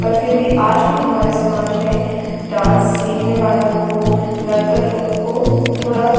पर फिर भी आज भी हमारे समाज में डांस सीखने वालों को नृतक लोगों को थोड़ा